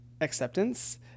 acceptance